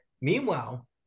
Meanwhile